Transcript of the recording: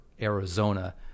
Arizona